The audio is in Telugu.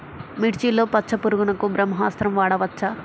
మిర్చిలో పచ్చ పురుగునకు బ్రహ్మాస్త్రం వాడవచ్చా?